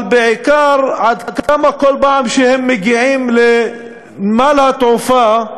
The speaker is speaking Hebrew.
אבל בעיקר עד כמה כל פעם שהם מגיעים לנמל התעופה,